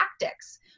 tactics